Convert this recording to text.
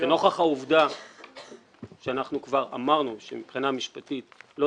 שנוכח העובדה שכבר אמרנו שמבחינה משפטית לא